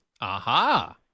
Aha